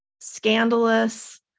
scandalous